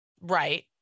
Right